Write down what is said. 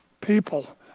people